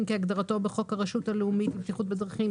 כהגדרתו בחוק הרשות הלאומית לבטיחות בדרכים,